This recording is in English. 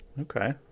Okay